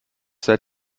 seit